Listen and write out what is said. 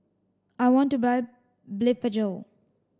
I want to buy Blephagel